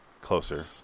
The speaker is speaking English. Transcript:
closer